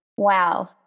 Wow